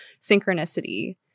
synchronicity